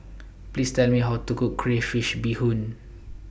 Please Tell Me How to Cook Crayfish Beehoon